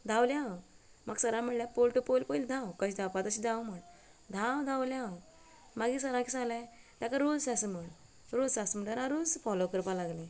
धांवलें हांव म्हाका सरान म्हणलें पोल टू पोल पयलीं धांव कशें घांवपा तशें धांव म्हण धांव धांवलें हांव मागीर सरान कितें सांगलें हेका रूल्स आसात म्हण रूल्स आसात म्हण रूल्स फोलो करपाक लागलें